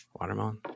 Watermelon